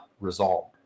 resolved